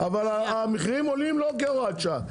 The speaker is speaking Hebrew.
אבל, המחירים עולים לא כהוראת שעה.